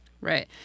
Right